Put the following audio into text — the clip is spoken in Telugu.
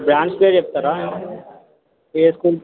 బ్రాండ్స్ పేరు చెప్తారా ఏ స్కూల్